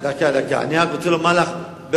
אני רוצה לומר לך,